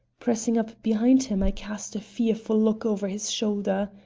pressing up behind him, i cast a fearful look over his shoulder.